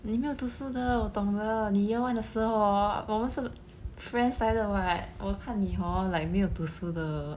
你没有读书的我懂的你 year one 的时候 hor 我们是 friends 来的我看你 hor like 没有读书的